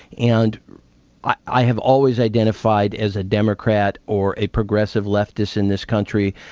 and i have always identified as a democrat or a progressive leftist in this country,